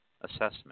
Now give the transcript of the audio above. assessment